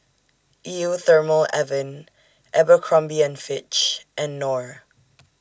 Eau Thermale Avene Abercrombie and Fitch and Knorr